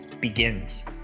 begins